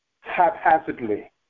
haphazardly